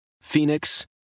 Phoenix